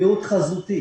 ויעוד חזותי